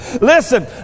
Listen